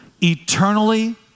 eternally